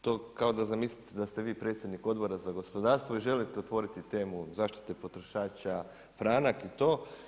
To kao da zamislite da ste vi predsjednik Odbora za gospodarstvo i želite otvoriti temu zaštite potrošača, franak i to.